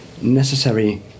necessary